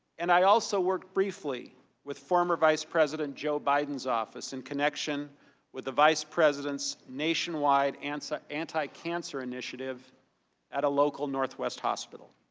and i also worked briefly with former vice president joe biden's office in connection with the vice president's nationwide and so anticancer initiative at a local northwest hospital.